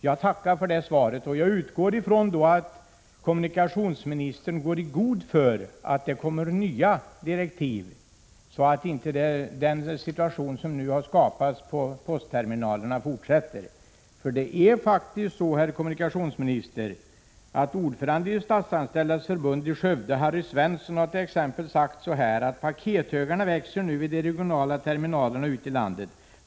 Jag tackar för det svaret och utgår ifrån att kommunikationsministern går i god för att det kommer nya direktiv, så att inte den situation som nu har skapats på postterminalerna fortsätter. Det är faktiskt så, herr kommunikationsminister, att ordföranden i Statsanställdas förbund i Skövde, Harry Svensson, uttalat t.ex. följande: ”Pakethögarna växer nu vid de regionala terminalerna ute i landet.